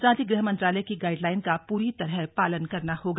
साथ ही गृह मंत्रालय की गाइडलाइन का पूरी तरह पालन करना होगा